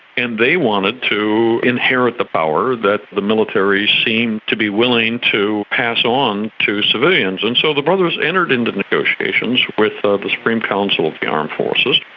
and they wanted to inherit the power that the military seemed to be willing to pass on to civilians. and so the brothers entered into negotiations with ah the supreme council of the armed forces,